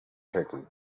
turkey